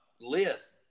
list